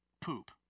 Poop